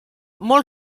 molt